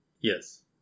Yes